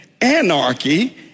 Anarchy